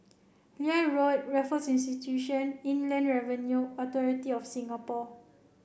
Liane Road Raffles Institution Inland Revenue Authority of Singapore